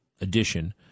edition